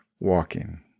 Walking